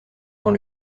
dans